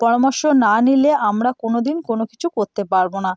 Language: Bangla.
পরামর্শ না নিলে আমরা কোনো দিন কোনো কিছু করতে পারবো না